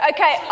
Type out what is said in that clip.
Okay